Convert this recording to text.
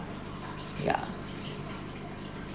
yeah